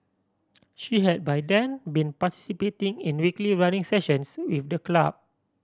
she had by then been participating in weekly running sessions with the club